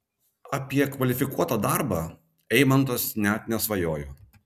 apie kvalifikuotą darbą eimantas net nesvajojo